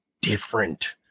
different